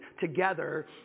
together